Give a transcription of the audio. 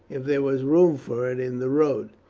if there was room for it in the road.